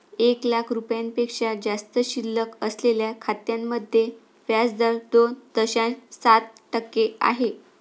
एक लाख रुपयांपेक्षा जास्त शिल्लक असलेल्या खात्यांमध्ये व्याज दर दोन दशांश सात टक्के आहे